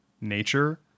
nature